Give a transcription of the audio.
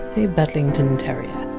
a bedlington terrier.